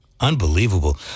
Unbelievable